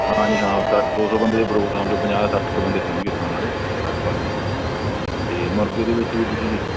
ਹਾਂਜੀ ਹਾਂ ਸਰ ਦੋ ਸੌ ਬੰਦੇ ਦੇ ਪ੍ਰੋਗਰਾਮ 'ਚ ਪੰਜਾਹ ਸੱਠ ਕੁ ਬੰਦੇ ਹੋਣਗੇ ਖਾਣ ਵਾਲੇ ਲਗਭਗ ਅਤੇ ਮੁਰਗੇ ਦੇ ਵਿੱਚ ਵੀ ਤੁਸੀਂ